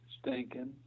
stinking